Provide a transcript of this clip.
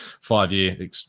five-year